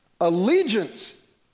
Allegiance